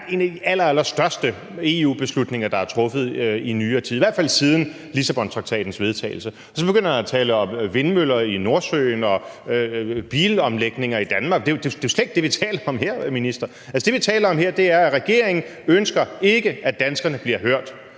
en af de allerallerstørste EU-beslutninger, der er truffet i nyere tid, i hvert fald siden Lissabontraktatens vedtagelse. Og så begynder han at tale om vindmøller i Nordsøen og bilomlægninger i Danmark. Det er jo slet ikke det, vi taler om her, minister. Altså, det, vi taler om her, er, at regeringen ikke ønsker, at danskerne bliver hørt.